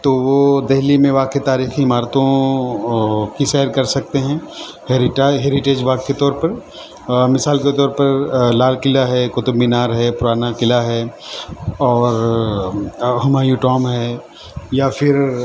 تو وہ دہلی میں واقع تاریخی عمارتوں کی سیر کر سکتے ہیں ہیریٹیج وارڈ کے طور پر مثال کے طور پر لال قلعہ ہے قطب مینار ہے پرانا قلعہ ہے اور ہمایوں ٹامب ہے یا پھر